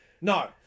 No